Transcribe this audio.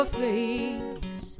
face